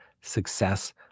success